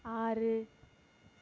ஆறு